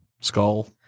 skull